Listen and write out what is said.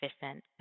efficient